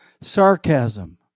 sarcasm